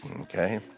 okay